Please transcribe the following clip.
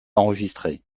enregistrée